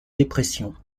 dépression